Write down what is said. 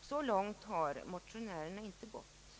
Så långt har motionärerna inte gått.